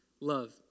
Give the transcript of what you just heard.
love